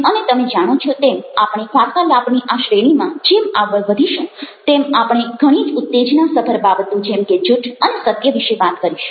અને તમે જાણો છો તેમ આપણે વાર્તાલાપની આ શ્રેણીમાં જેમ આગળ વધીશું તેમ આપણે ઘણી જ ઉત્તેજનાસભર બાબતો જેમ કે જૂઠ અને સત્ય વિશે વાત કરીશું